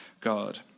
God